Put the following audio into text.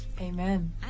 Amen